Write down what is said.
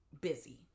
busy